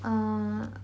err